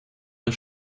der